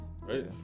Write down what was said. right